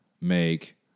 make